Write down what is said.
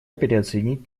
переоценить